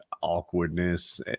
awkwardness